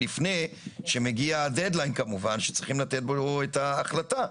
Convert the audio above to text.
לפני שמגיע הדד ליין כמובן שצריכים לתת בו את ההחלטה.